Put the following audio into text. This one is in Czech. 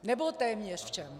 Nebo téměř všem.